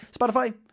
Spotify